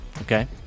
Okay